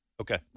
Okay